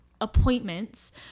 appointments